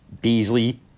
Beasley